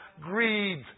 greed